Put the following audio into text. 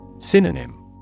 Synonym